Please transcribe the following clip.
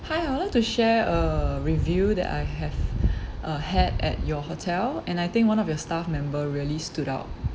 hi I'd like to share a review that I have uh had at your hotel and I think one of your staff member really stood out